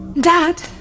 Dad